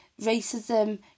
racism